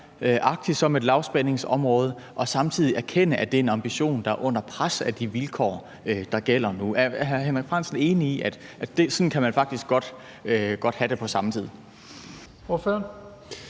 som et lavspændingsområde og samtidig erkende, at det er en ambition, der er under pres af de vilkår, der gælder nu. Er hr. Henrik Frandsen enig i, at sådan kan man faktisk godt have det på samme tid?